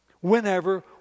Whenever